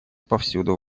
повсюду